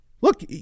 look